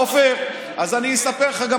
עפר, אני אספר לך.